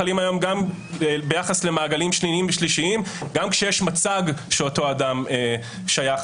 חלים היום גם ביחס למעגלים שניים ושלישיים גם כשיש מצג שאותו אדם שייך